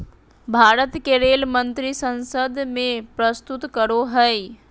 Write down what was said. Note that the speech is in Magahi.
भारत के रेल मंत्री संसद में प्रस्तुत करो हइ